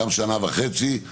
גם שנה וחצי,